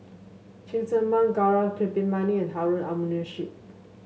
Cheng Tsang Man Gaurav Kripalani and Harun Aminurrashid